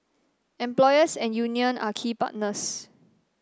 employers and union are key partners